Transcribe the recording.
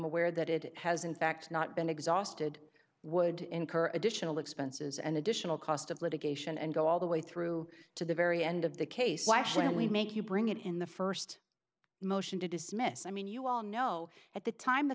aware that it has in fact not been exhausted would incur additional expenses and additional cost of litigation and go all the way through to the very end of the case why should we make you bring it in the first motion to dismiss i mean you all know at the time the